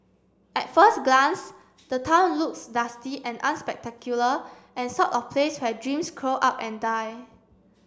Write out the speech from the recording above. at first glance the town looks dusty and unspectacular and sort of place where dreams curl up and die